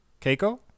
Keiko